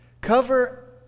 cover